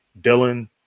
Dylan